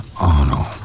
Arnold